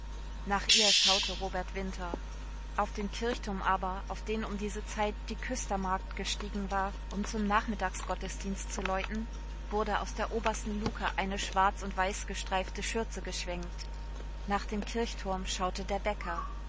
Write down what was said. nach ihr schaute robert winter auf dem kirchturm aber auf den um diese zeit die küstermagd gestiegen war um zum nachmittagsgottesdienst zu läuten wurde aus der obersten luke eine schwarz und weiß gestreifte schürze geschwenkt nach dem kirchturm schaute der bäcker